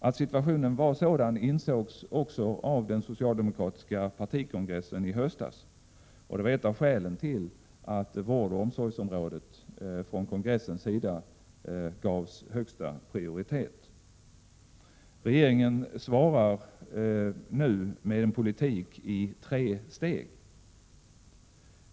Att situationen var sådan insågs också av den socialdemokratiska partikongressen i höstas, och det var ett av skälen till att vårdoch omsorgsområdet från kongressens sida gavs högsta prioritet. Regeringen svarar nu med en politik i tre steg.